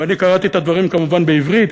ואני קראתי את הדברים כמובן בעברית,